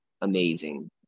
amazing